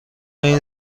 این